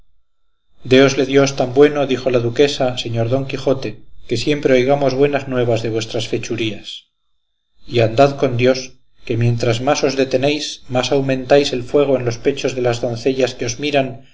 dios tan bueno dijo la duquesa señor don quijote que siempre oigamos buenas nuevas de vuestras fechurías y andad con dios que mientras más os detenéis más aumentáis el fuego en los pechos de las doncellas que